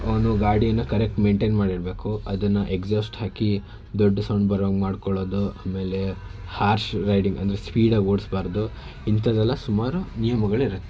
ಅವನು ಗಾಡೀನ correct maintain ಮಾಡಿರಬೇಕು ಅದನ್ನು ಎಕ್ಸಾಸ್ಟ್ ಹಾಕಿ ದೊಡ್ಡ ಸೌಂಡ್ ಬರೋಂಗೆ ಮಾಡ್ಕೊಳ್ಳೋದು ಆಮೇಲೆ ಹಾರ್ಷ್ ರೈಡಿಂಗ್ ಅಂದರೆ ಸ್ಪೀಡಾಗಿ ಓಡಿಸಬಾರ್ದು ಇಂಥದ್ದೆಲ್ಲ ಸುಮಾರು ನಿಯಮಗಳಿರುತ್ತೆ